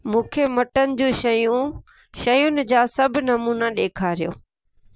मूंखे मटन जूं शयूं शयुनि जा सभु नमूना ॾेखारियो